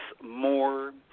more